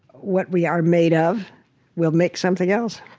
what we are made of will make something else,